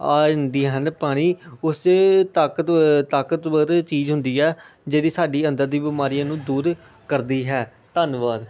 ਆ ਜਾਂਦੀਆਂ ਹਨ ਪਾਣੀ ਉਸੇ ਤਾਕਤ ਤਾਕਤਵਰ ਚੀਜ਼ ਹੁੰਦੀ ਹੈ ਜਿਹੜੀ ਸਾਡੀ ਅੰਦਰ ਦੀ ਬਿਮਾਰੀਆਂ ਨੂੰ ਦੂਰ ਕਰਦੀ ਹੈ ਧੰਨਵਾਦ